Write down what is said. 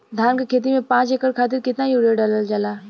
धान क खेती में पांच एकड़ खातिर कितना यूरिया डालल जाला?